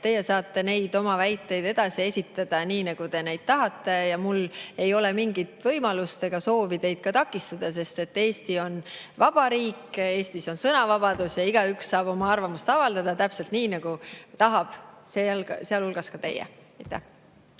Teie saate neid oma väiteid edasi esitada, nii nagu te tahate, ja mul ei ole mingit võimalust ega soovi teid ka takistada, sest Eesti on vaba riik, Eestis on sõnavabadus ja igaüks saab oma arvamust avaldada täpselt nii, nagu tahab, sealhulgas teie.